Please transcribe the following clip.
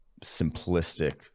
simplistic